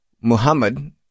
Muhammad